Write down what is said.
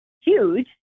huge